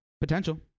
potential